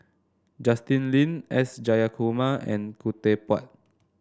Justin Lean S Jayakumar and Khoo Teck Puat